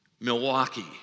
Milwaukee